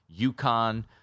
UConn